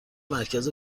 مرکز